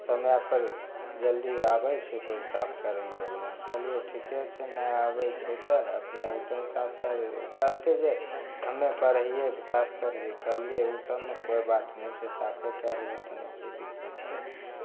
समयपर जल्दी आबै छै कोइ साफ करैओवला कहलिए ठीके छै नहि आबै छै तऽ अपने अएथिन साफ कै देथिन ओ कहलकै जे हमे पढ़ैए कि साफ करिए कहलिए ओसबमे कोइ बात नहि छै साफे कै देबहऽ तनि कि दिक्कत छै